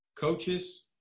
coaches